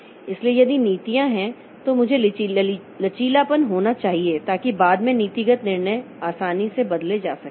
इसलिए यदि नीतियां हैं तो मुझे लचीलापन होना चाहिए ताकि बाद में नीतिगत निर्णय आसानी से बदले जा सकें